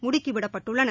முடுக்கிவிடப்பட்டுள்ளன